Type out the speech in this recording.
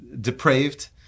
depraved